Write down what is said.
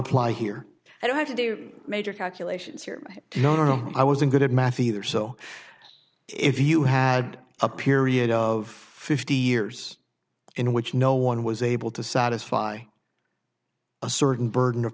apply here i don't have to do major calculations here you know no i wasn't good at math either so if you had a period of fifty years in which no one was able to satisfy a certain burden of